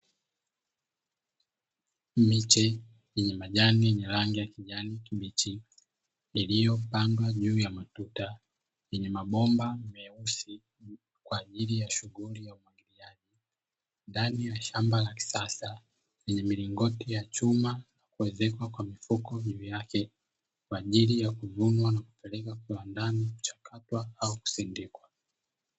Miche yenye majani yenye rangi ya kijani kibichi iliyopandwa juu ya matuta yenye mabomba meusi kwa ajili ya shughuli ya umwagiliaji, ndani ya shamba la kisasa lenye milingoti ya chuma na kuezekwa kwa mifuko juu yake kwa ajili ya kuvunwa na kupelekwa kiwandani kuchakatwa au kusindikwa.